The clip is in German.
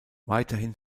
weiterhin